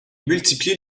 multiplient